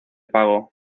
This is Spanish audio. pago